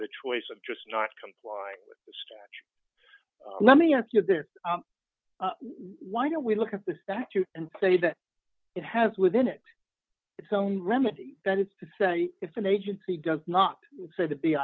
the choice of just not complying with the statute let me ask you there why don't we look at the statute and say that it has within it its own remedy that it's to say if an agency does not say that the